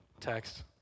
text